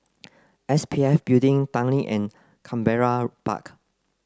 S P F Building Tanglin and Canberra Park